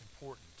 important